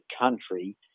country